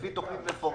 לפי תוכנית מפורטת,